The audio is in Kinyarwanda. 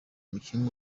umukinnyi